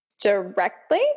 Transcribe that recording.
Directly